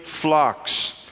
flocks